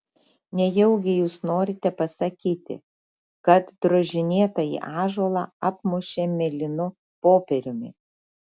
nejaugi jūs norite pasakyti kad drožinėtąjį ąžuolą apmušė mėlynu popieriumi